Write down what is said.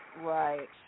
Right